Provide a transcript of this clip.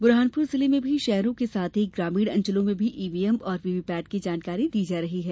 बुरहानपुर जिले में भी शहरों के साथ ही ग्रामीण अंचलों में भी ईवीएम और वीवीपैट की जानकारी दी जा रही है